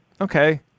okay